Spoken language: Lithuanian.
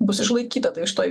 bus išlaikyta tai šitoj